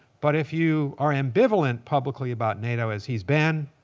but if you are ambivalent publicly about nato, as he's been,